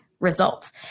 results